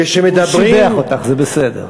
כשמדברים, הוא שיבח אותך, זה בסדר.